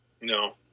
No